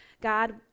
God